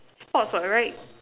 sports what right